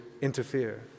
interfere